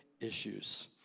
issues